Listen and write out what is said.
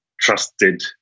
trusted